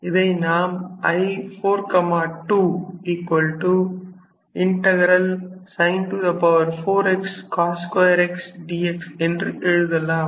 இதை நாம் I4 2sin 4x cos 2 x dx என்று எழுதலாம்